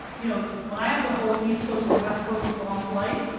you know when i have the whole east coast to west coast long flight,